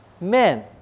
men